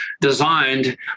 designed